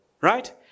right